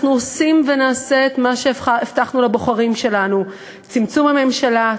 אנחנו עושים ונעשה את מה שהבטחנו לבוחרים שלנו: צמצום הממשלה,